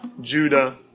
Judah